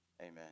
Amen